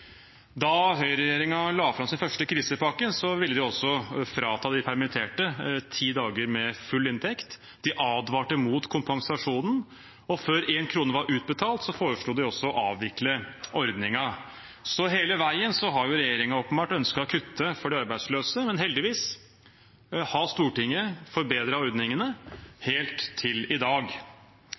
Da høyreregjeringen la fram sin første krisepakke, ville de også frata de permitterte ti dager med full inntekt. De advarte mot kompensasjonen, og før én krone var utbetalt, foreslo de også å avvikle ordningen. Så hele veien har regjeringen åpenbart ønsket å kutte for de arbeidsløse, men heldigvis har Stortinget forbedret ordningene helt til i dag.